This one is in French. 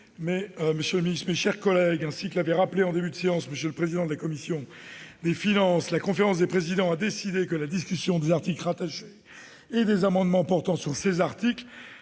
Monsieur le ministre, mes chers collègues, ainsi que l'a rappelé en début de séance M. le président de la commission des finances, la conférence des présidents a décidé que la discussion des articles rattachés et des amendements portant sur ces articles